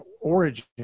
origin